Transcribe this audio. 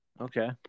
Okay